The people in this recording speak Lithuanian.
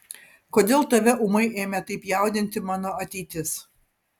kodėl tave ūmai ėmė taip jaudinti mano ateitis